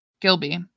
Gilby